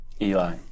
Eli